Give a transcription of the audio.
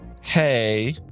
hey